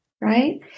Right